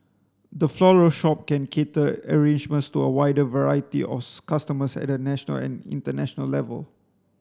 the floral shop can cater arrangements to a wider variety of customers at a national and international level